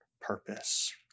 purpose